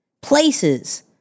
places